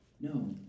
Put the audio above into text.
No